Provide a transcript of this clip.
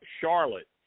Charlotte